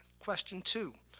question two,